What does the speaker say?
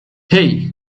hey